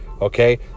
Okay